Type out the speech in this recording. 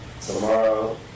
Tomorrow